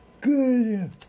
Good